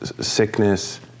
sickness